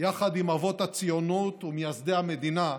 יחד עם אבות הציונות ומייסדי המדינה,